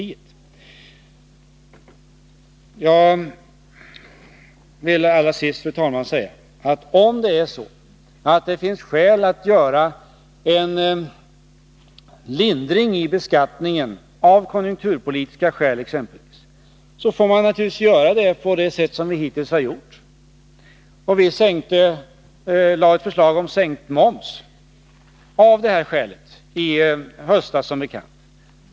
Jag vill till sist, fru talman, säga att om det finns skäl att exempelvis på grund av konjunkturen företa en lindring i beskattningen får man naturligtvis göra det på det sätt som vi hittills har gjort. Vi framlade som bekant i höstas av det skälet ett förslag till sänkt moms.